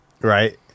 right